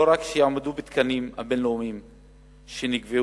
לא רק שיעמדו בתקנים הבין-לאומיים שנקבעו,